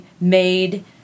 made